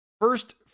first